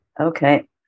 Okay